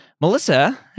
Melissa